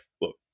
look